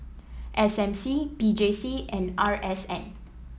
S M C P J C and R S N